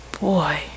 boy